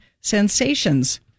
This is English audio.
sensations